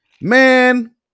Man